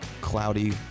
cloudy